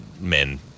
men